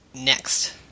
Next